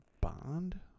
bond